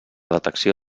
detecció